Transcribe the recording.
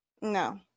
No